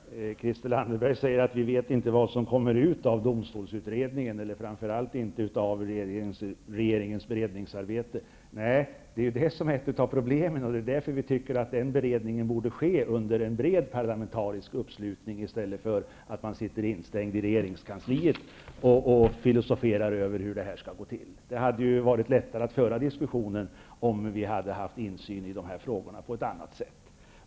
Herr talman! Christel Anderberg säger att vi inte vet vad som kommer ut av domstolsutredningen eller, framför allt, av regeringens beredningsarbete. Nej, det är det som är ett av problemen. Det är därför vi tycker att den beredningen borde ske under en bred parlamentarisk uppslutning, i stället för att man sitter instängd i regeringskansliet och filosoferar över hur det här skall gå till. Det hade varit lättare att föra diskussionen om vi hade haft insyn i frågorna på ett annat sätt.